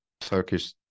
Turkish